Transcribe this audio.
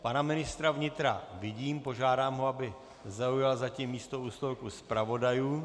Pana ministra vnitra vidím, požádám ho, aby zaujal zatím místo u stolku zpravodajů.